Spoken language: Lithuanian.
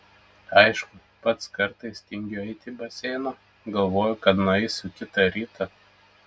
aišku pats kartais tingiu eiti į baseiną galvoju kad nueisiu kitą rytą